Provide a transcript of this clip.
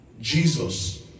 Jesus